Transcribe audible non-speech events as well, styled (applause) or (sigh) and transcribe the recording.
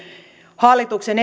hallituksen (unintelligible)